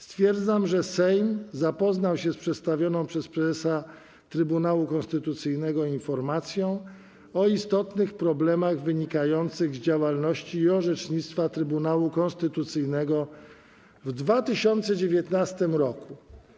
Stwierdzam, że Sejm zapoznał się z przedstawioną przez prezesa Trybunału Konstytucyjnego informacją o istotnych problemach wynikających z działalności i orzecznictwa Trybunału Konstytucyjnego w 2019 r.